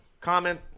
comment